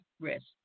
risk